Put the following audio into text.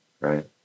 right